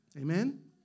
Amen